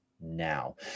now